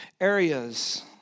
areas